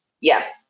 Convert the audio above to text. Yes